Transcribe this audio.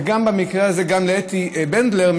ובמקרה הזה גם לאתי בנדלר,